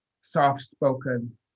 soft-spoken